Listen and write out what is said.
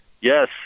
Yes